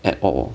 at all